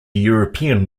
european